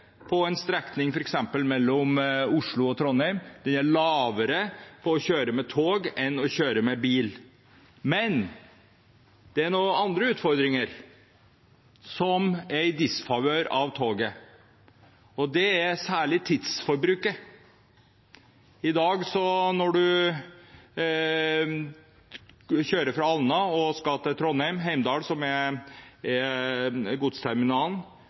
sett en klar nedgang i bruk av tog. Det er flere årsaker til det, bl.a. at det er konkurranse, men fortsatt hører jeg transportørene si at prisen på f.eks. strekningen mellom Oslo og Trondheim er lavere når man kjører med tog enn med bil. Men det er noen andre utfordringer som er i disfavør av toget, og det er særlig tidsbruken. Når man kjører fra